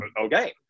okay